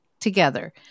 together